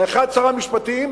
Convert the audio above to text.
האחד הוא שר המשפטים